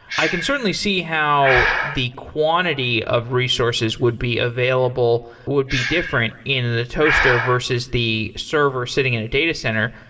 i can certainly see how the quantity of resources would be available, would be different in the toaster versus the server sitting in a data center.